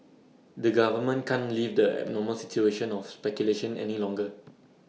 the government can't leave the abnormal situation of speculation any longer